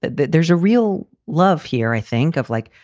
that there's a real love here. i think of like,